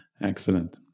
Excellent